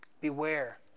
Beware